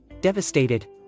devastated